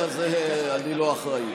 לא לחצת, לזה אני לא אחראי.